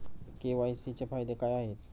KYC चे फायदे काय आहेत?